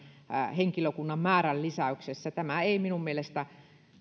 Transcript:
henkilökunnan määrän lisäyksessä tämä ei minun mielestäni